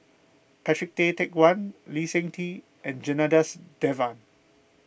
Patrick Tay Teck Guan Lee Seng Tee and Janadas Devan